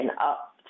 up